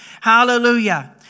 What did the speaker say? hallelujah